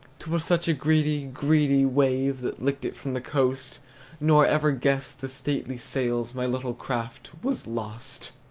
t was such a greedy, greedy wave that licked it from the coast nor ever guessed the stately sails my little craft was lost!